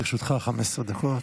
לרשותך 15 דקות.